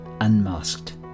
unmasked